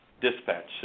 dispatch